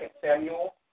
Samuel